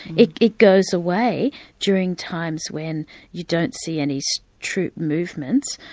it it goes away during times when you don't see any so troop movements,